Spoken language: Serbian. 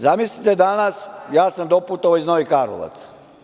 Zamislite, danas ja sa doputovao iz Novih Karlovaca.